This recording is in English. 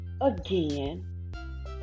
again